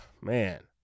man